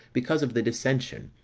because of the dissension,